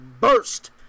burst